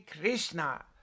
Krishna